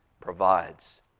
provides